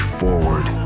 forward